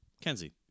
Kenzie